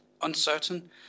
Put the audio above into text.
uncertain